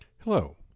Hello